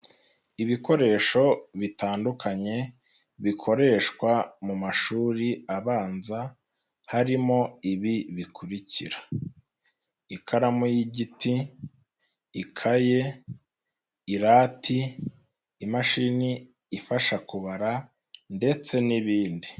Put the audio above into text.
Ibikoresho bitandukanye bikoreshwa mu mashuri abanza harimo ibi bikurikira: ikaramu y'igiti, ikaye, irati, imashini ifasha kubara ndetse n'ibindi.